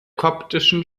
koptischen